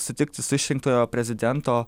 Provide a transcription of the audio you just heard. sutikti su išrinktojo prezidento